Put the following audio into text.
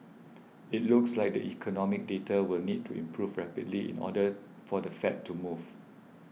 it looks like the economic data will need to improve rapidly in order for the Fed to move